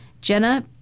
Jenna